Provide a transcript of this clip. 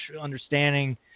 understanding